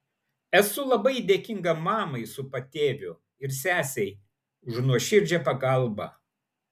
esu labai dėkinga mamai su patėviu ir sesei už nuoširdžią pagalbą